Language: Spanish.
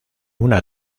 una